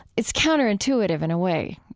it's counter-intuitive, in a way,